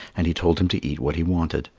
and he told him to eat what he wanted.